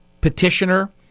Petitioner